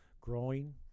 growing